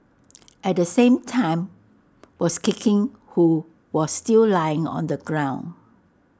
at the same time was kicking who was still lying on the ground